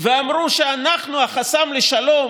ואמרו שאנחנו החסם לשלום,